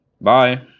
bye